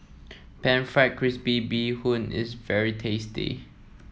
pan fried crispy Bee Hoon is very tasty